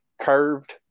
curved